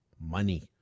money